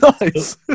Nice